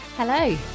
Hello